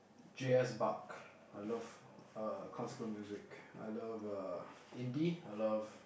J_S-Bach I love uh classical music I love uh indie I love